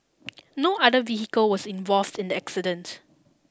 no other vehicle was involved in the accident